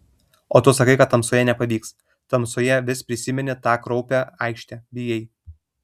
o tu sakai kad tamsoje nepavyks tamsoje vis prisimeni tą kraupią aikštę bijai